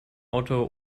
auto